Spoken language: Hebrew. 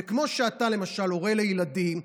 וכמו שאתה למשל הורה לילדים,